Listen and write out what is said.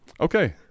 Okay